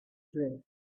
drift